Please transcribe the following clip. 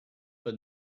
but